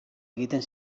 egiten